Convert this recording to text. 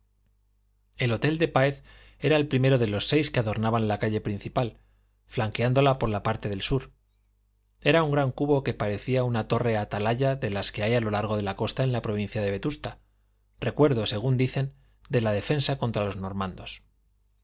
el hotel de páez era el primero de los seis que adornaban la calle principal flanqueándola por la parte del sur era un gran cubo que parecía una torre atalaya de las que hay a lo largo de la costa en la provincia de vetusta recuerdo según dicen de la defensa contra los normandos